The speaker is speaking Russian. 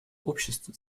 обществ